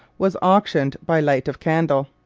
was auctioned by light of candle.